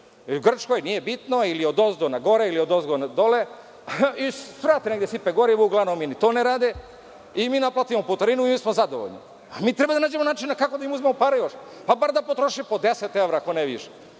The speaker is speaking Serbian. Grčkoj, nije bitno, ili odozdo na gore, ili odozgo na dole, svrate negde sipaju gorivo, uglavnom ni to ne rade, i mi naplatimo putarinu i mi smo zadovoljni. Mi treba da nađemo način kako da im uzmemo pare još. Bar da potroše po 10 evra, ako ne više,